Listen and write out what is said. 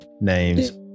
names